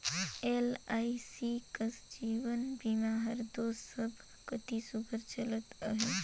LIC कस जीवन बीमा हर दो सब कती सुग्घर चलत अहे